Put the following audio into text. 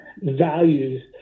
Values